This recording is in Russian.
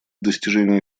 достижению